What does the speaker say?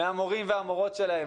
מהמורים והמורות שלהם.